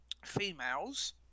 Females